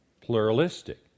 pluralistic